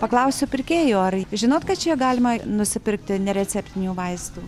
paklausiu pirkėjo ar žinot kad čia galima nusipirkti nereceptinių vaistų